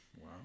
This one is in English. Wow